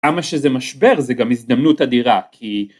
כמה שזה משבר זה גם הזדמנות אדירה כי